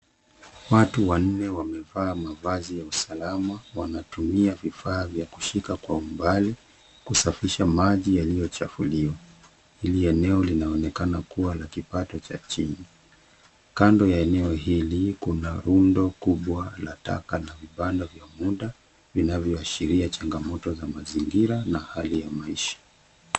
Watu wanne wamevaa mavazi ya usalama wanatumia vifaa vya kushika kwa umbali kusafisha maji yaliyochafuliwa. Hili eneo linaonekana kuwa na kipato cha chini. Kando ya eneo hili kuna rundo kubwa la taka na vibanda vya muda vinavyoashiria changamoto za mazingira hali ya maisha.